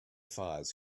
fires